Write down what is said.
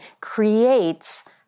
creates